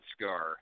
scar